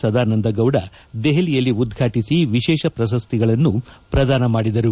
ಸದಾನಂದಗೌಡ ದೆಹಲಿಯಲ್ಲಿ ಉದ್ಘಾಟಿಸಿ ವಿಶೇಷ ಪ್ರಶಸ್ತಿಗಳನ್ನು ಪ್ರದಾನ ಮಾಡಿದರು